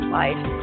life